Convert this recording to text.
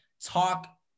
talk